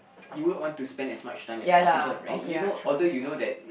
you would want to spend as much time as possible right you know although you know that